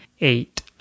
eight